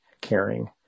caring